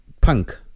punk